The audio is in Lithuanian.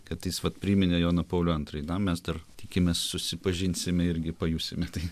kad jis vat priminė joną paulių antrąjį na mes dar tikimės susipažinsime irgi pajusime tai